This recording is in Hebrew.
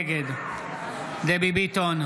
נגד דבי ביטון,